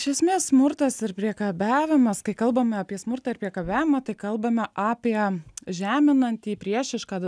iš esmės smurtas ir priekabiavimas kai kalbame apie smurtą ir priekabiavimą tai kalbame apie žeminantį priešišką